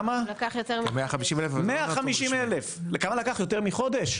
150,000. 150,000. כמה לקח, יותר מחודש?